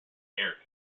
carrier